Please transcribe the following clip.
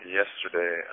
yesterday